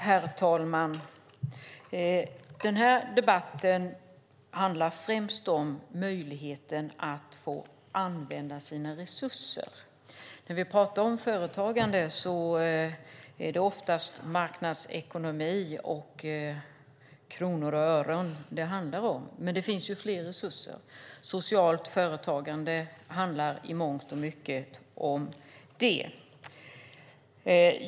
Herr talman! Debatten handlar främst om möjligheten att få använda sina resurser. När vi talar om företagande är det oftast marknadsekonomi och kronor och ören det handlar om. Men det finns ju fler resurser. Socialt företagande handlar i mångt och mycket om det.